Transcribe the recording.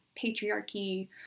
patriarchy